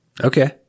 Okay